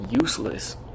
useless